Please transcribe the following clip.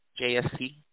JSC